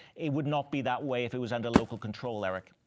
it would not be that way if it was under local control, eric.